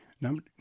Number